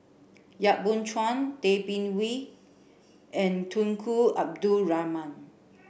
Yap Boon Chuan Tay Bin Wee and Tunku Abdul Rahman